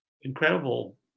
incredible